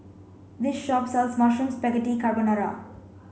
this shop sells Mushroom Spaghetti Carbonara